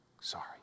sorry